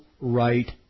right